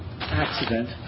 accident